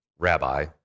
Rabbi